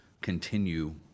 continue